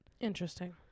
Interesting